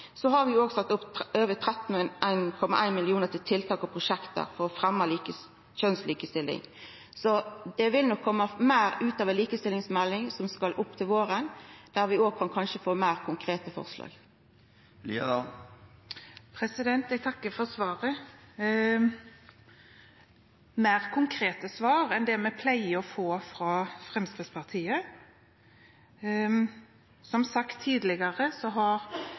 Så det vil nok koma meir ut av ei likestillingsmelding som skal opp til våren, der vi òg kanskje kan få fleire konkrete forslag. Jeg takker for svaret – et mer konkret svar enn det vi pleier å få fra Fremskrittspartiet. Som sagt tidligere,